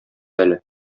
әле